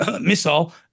missile